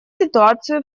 ситуацию